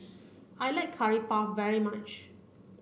I like curry puff very much